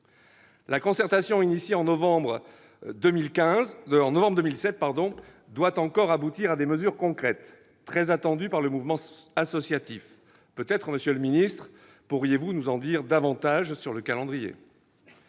La concertation engagée en novembre 2017 doit encore aboutir à des mesures concrètes, très attendues par le mouvement associatif. Peut-être pourriez-vous, monsieur le secrétaire d'État, nous en dire davantage sur le calendrier